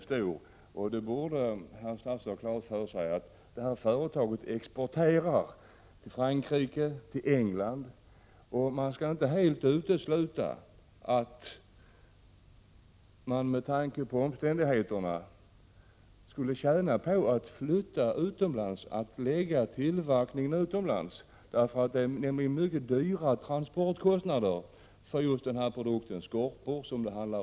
Herr statsrådet borde ha klart för sig att detta företag exporterar varor till Frankrike och England och att man därför inte kan utesluta, med tanke på omständigheterna, att företaget skulle tjäna på att förlägga tillverkningen utomlands, eftersom transportkostnaderna för produkterna, skorpor, är mycket höga.